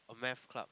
oh math club